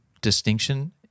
distinction